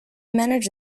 manage